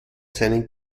seinen